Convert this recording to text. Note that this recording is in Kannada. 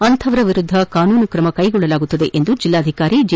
ಅಂಥವರ ವಿರುದ್ಧ ಕಾನೂನು ತ್ರಮ ಕೈಗೊಳ್ಳಲಾಗುವುದು ಎಂದು ಜಿಲ್ಲಾಧಿಕಾರಿ ಜಿ